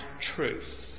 truth